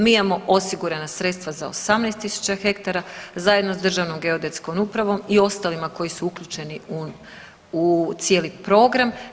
Mi imamo osigurana sredstva za 18 tisuća hektara zajedno s Državnom geodetskom upravom i ostalima koji su uključeni u cijeli program.